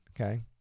Okay